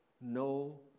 no